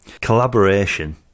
Collaboration